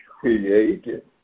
created